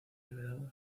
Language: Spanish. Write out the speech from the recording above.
liberado